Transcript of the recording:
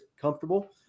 comfortable